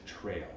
trail